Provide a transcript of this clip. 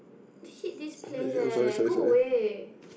hit this place leh go away